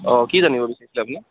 অঁ কি জানিব বিচাৰিছিলে আপুনি